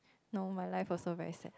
no my life also very sad